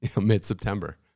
mid-September